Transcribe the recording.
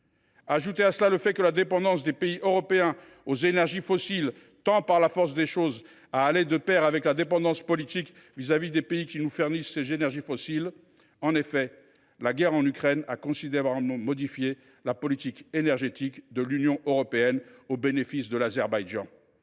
ajouter que la dépendance des pays européens aux énergies fossiles tend, par la force des choses, à aller de pair avec une dépendance politique vis à vis des pays qui nous fournissent ces énergies. En effet, la guerre en Ukraine a considérablement modifié la politique énergétique de l’Union européenne au bénéfice de l’Azerbaïdjan.